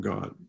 God